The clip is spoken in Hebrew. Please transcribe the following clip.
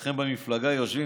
אצלכם במפלגה יושבים,